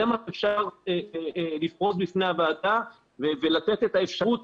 זה מה שאפשר לפרוס בפני הוועדה ולתת את האפשרות